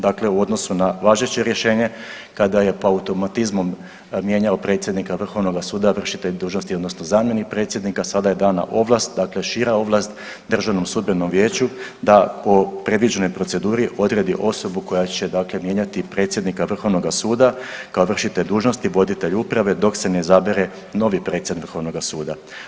Dakle, u odnosu na važeće rješenje kada je po automatizmom mijenjao predsjednika Vrhovnoga suda vršitelj dužnosti odnosno zamjenik predsjednika sada je dana ovlast, dakle šira ovlast Državnom sudbenom vijeću da po predviđenoj proceduri odredi osobu koja će dakle mijenjati predsjednika Vrhovnoga suda kao vršitelj dužnosti voditelj uprave dok se ne izabere novi predsjednik Vrhovnoga suda.